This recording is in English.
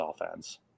offense